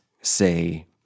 say